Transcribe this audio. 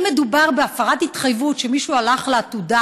אם מדובר בהפרת התחייבות, שמישהו הלך לעתודה